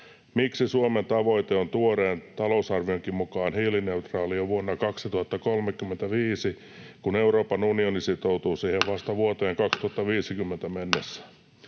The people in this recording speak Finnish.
Miksi Suomen tavoite on tuoreen talousarvionkin mukaan olla hiilineutraali jo vuonna 2035, kun Euroopan unioni sitoutuu siihen vasta vuoteen 2050 mennessä?